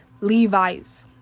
levi's